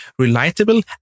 relatable